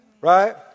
Right